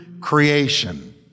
creation